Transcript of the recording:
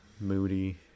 moody